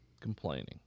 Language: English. complaining